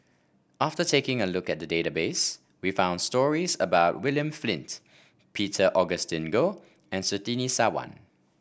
after taking a look at the database we found stories about William Flint Peter Augustine Goh and Surtini Sarwan